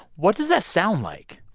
what does that sound like,